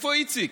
איפה איציק?